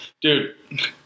Dude